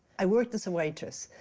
i worked as a waitress,